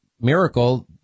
miracle